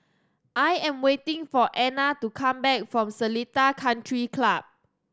I am waiting for Anna to come back from Seletar Country Club